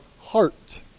heart